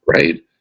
right